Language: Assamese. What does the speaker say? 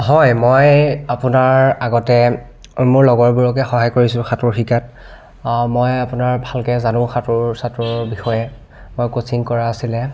হয় মই আপোনাৰ আগতে মোৰ লগৰবোৰকে সহায় কৰিছোঁ সাঁতোৰ শিকাত মই আপোনাৰ ভালকৈ জানো সাঁতোৰ চাতোৰৰ বিষয়ে মই কোচিং কৰা আছিলে